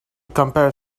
compare